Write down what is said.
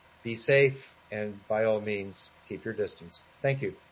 be safe, and by all means, keep your distance. thank you.